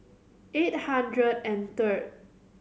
eight hundred and third